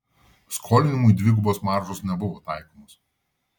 skolinimui dvigubos maržos nebuvo taikomos